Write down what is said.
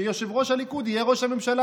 שיושב-ראש הליכוד יהיה ראש הממשלה,